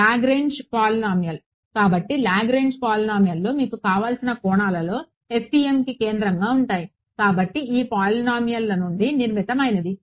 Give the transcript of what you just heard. Lagrange పొలినోమీయల్లు కాబట్టి Lagrange పొలినోమీయల్లు మీకు కావలసినన్ని కోణాలలో FEMకి కేంద్రంగా ఉంటాయి ప్రతిదీ ఈ పొలినోమీయల్ల నుండి నిర్మితమైనది